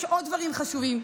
יש עוד דברים חשובים.